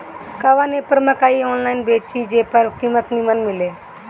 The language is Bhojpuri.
कवन एप पर मकई आनलाइन बेची जे पर कीमत नीमन मिले?